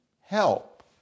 help